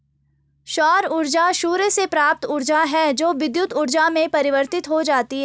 सौर ऊर्जा सूर्य से प्राप्त ऊर्जा है जो विद्युत ऊर्जा में परिवर्तित हो जाती है